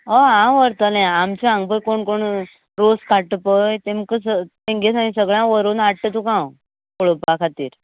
हय हांव व्हरतले आमचे हांगा पळय कोण कोण रोस काडटा पळय तेमकां तेंगे थंय सगळ्या व्हरून हाडटा तुका हांव पळोवपा खातीर